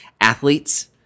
athletes